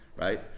right